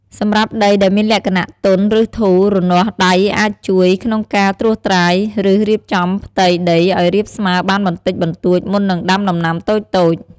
សម្រាប់ដីដែលមានលក្ខណៈទន់ ឬធូរ រនាស់ដៃអាចជួយក្នុងការត្រួសត្រាយ ឬរៀបចំផ្ទៃដីឱ្យរាបស្មើបានបន្តិចបន្តួច មុននឹងដាំដំណាំតូចៗ។